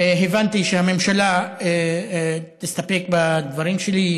הבנתי שהממשלה תסתפק בדברים שלי,